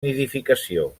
nidificació